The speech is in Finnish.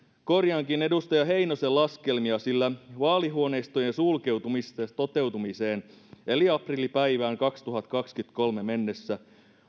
korjaankin edustaja heinosen laskelmia sillä vaalihuoneistojen sulkeutumisesta toteutumiseen eli aprillipäivään kaksituhattakaksikymmentäkolme mennessä